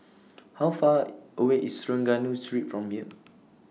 How Far away IS Trengganu Street from here